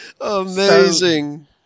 amazing